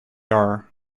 are